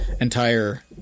entire